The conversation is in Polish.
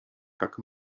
tak